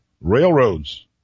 railroads